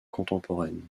contemporaines